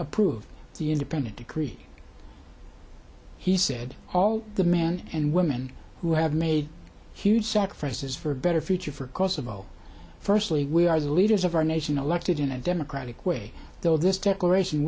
approved the independent decree he said all the men and women who have made huge sacrifices for a better future for kosovo firstly we are the leaders of our nation elected in a democratic way though this declaration